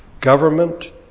government